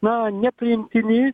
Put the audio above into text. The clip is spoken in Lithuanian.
na nepriimtini